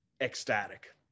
ecstatic